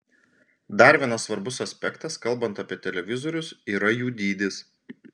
dar vienas svarbus aspektas kalbant apie televizorius yra jų dydis